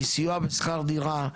כי סיוע בשכר דירה,